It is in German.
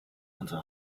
unsere